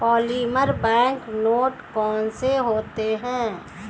polymer bank note कौन से होते हैं